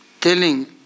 telling